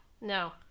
no